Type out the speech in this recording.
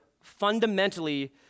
fundamentally